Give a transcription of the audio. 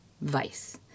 vice